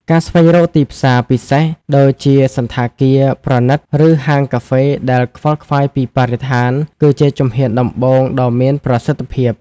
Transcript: ការស្វែងរកទីផ្សារពិសេស ដូចជាសណ្ឋាគារប្រណីត ឬហាងកាហ្វេដែលខ្វល់ខ្វាយពីបរិស្ថាន គឺជាជំហានដំបូងដ៏មានប្រសិទ្ធភាព។